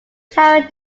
tower